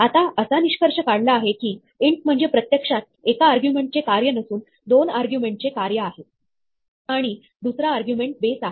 आता असा निष्कर्ष काढला आहे की इंट म्हणजे प्रत्यक्षात एका आर्ग्युमेंट चे कार्य नसून दोन आर्ग्युमेंट चे कार्य आहे आणि दुसरा आर्ग्युमेंट बेस आहे